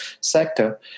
sector